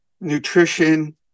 Nutrition